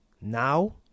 Now